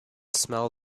smell